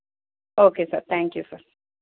okay sir thank you sir